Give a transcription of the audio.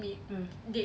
mm